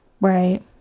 Right